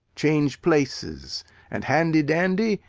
change places and, handy-dandy,